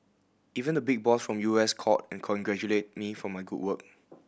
even the big boss from U S called and congratulated me for my good work